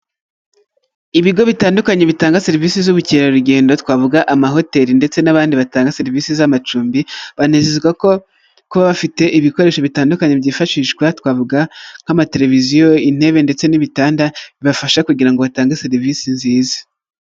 Ibigo bitandukanye bitanga serivisi z'ubukerarugendo, twavuga amahoteri ndetse n'abandi batanga serivisi z'amacumbi, banezwa ko kuba bafite ibikoresho bitandukanye, byifashishwa, twavuga nk'amateleviziyo, intebe ndetse n'ibitanda bibafasha kugira ngo batange serivisi nziza.